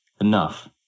enough